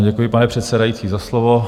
Děkuji, pane předsedající, za slovo.